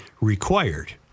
required